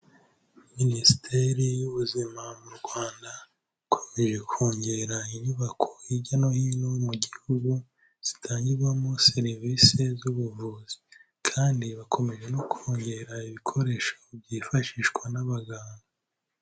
Minisiteri y'ubuzima m'u Rwanda ikomeje kongera inyubako hirya no hino mu gihugu zitangirwamo serivisi z'ubuvuzi kandi bakomeje no kongera ibikoresho byifashishwa n'abaganga.